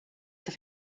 what